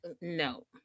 no